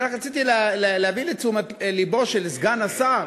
אני רק רציתי להביא לתשומת לבו של סגן השר,